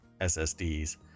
ssds